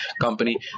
company